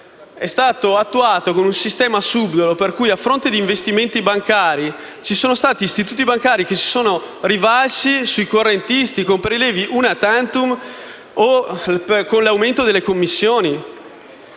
è stato attuato con un sistema subdolo, per cui, a fronte di investimenti bancari, alcuni istituti bancari si sono rivalsi sui correntisti con prelievi *una tantum* o con l'aumento delle commissioni.